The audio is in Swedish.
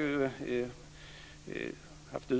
Vi har haft